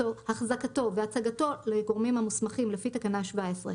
החזקתו והצגתו לגורמים המוסמכים לפי תקנה 17,